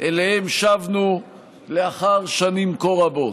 שאליהם שבנו לאחר שנים כה רבות.